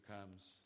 comes